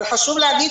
אבל חשוב להגיד,